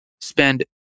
spend